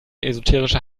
esoterische